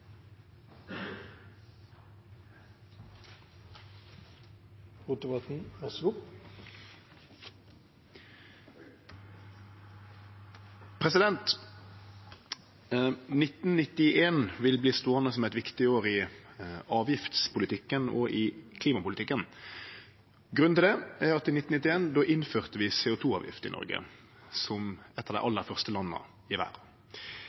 vil verte ståande som eit viktig år i avgiftspolitikken og i klimapolitikken. Grunnen til det er at i 1991 innførte vi CO 2 -avgift i Noreg, som eit av dei aller første landa i